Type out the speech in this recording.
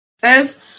says